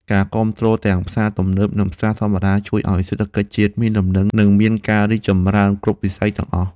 ការគាំទ្រទាំងផ្សារទំនើបនិងផ្សារធម្មតាជួយឱ្យសេដ្ឋកិច្ចជាតិមានលំនឹងនិងមានការរីកចម្រើនគ្រប់វិស័យទាំងអស់។